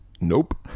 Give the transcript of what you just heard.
Nope